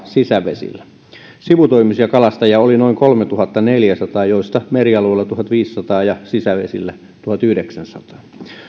sisävesillä sivutoimisia kalastajia oli kolmetuhattaneljäsataa joista merialueilla tuhatviisisataa ja sisävesillä tuhatyhdeksänsataa